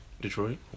detroit